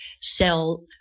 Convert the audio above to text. sell